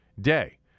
day